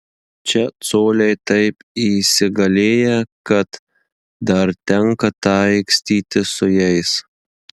čia coliai taip įsigalėję kad dar tenka taikstytis su jais